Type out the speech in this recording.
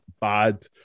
bad